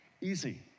easy